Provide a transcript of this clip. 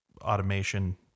automation